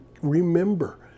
remember